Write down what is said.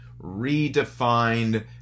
redefined